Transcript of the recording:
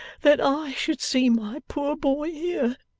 that i should see my poor boy here